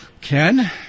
Ken